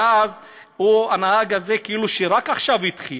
ואז הנהג הזה כאילו רק עכשיו התחיל.